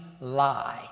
lie